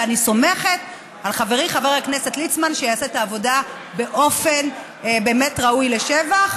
ואני סומכת על חברי חבר הכנסת ליצמן שיעשה את העבודה באופן ראוי לשבח.